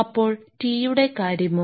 അപ്പോൾ t യുടെ കാര്യമോ